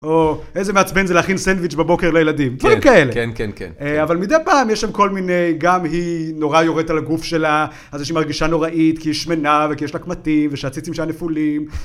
או איזה מעצבן זה להכין סנדוויץ' בבוקר לילדים. כן, דברים כאלה. כן, כן, כן. אבל מדי פעם יש שם כל מיני... גם היא נורא יורדת על הגוף שלה, על זה שהיא מרגישה נוראית כי היא שמנה וכי יש לה קמטים ושהציצים שלה נפולים.